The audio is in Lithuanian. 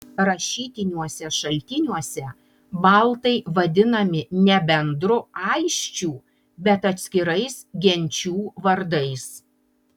rašytiniuose šaltiniuose baltai vadinami ne bendru aisčių bet atskirais genčių vardais